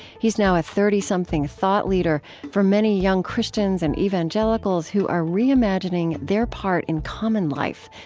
he's now a thirty something thought leader for many young christians and evangelicals who are reimagining their part in common life,